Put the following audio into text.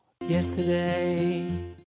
Yesterday